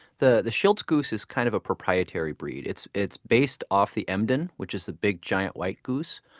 the the schiltz goose is kind of a proprietary breed. it's it's based off the emden, which is the big, giant, white goose.